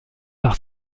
par